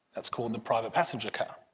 it's called the private passenger car.